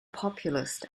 populist